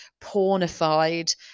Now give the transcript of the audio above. pornified